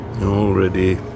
Already